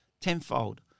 tenfold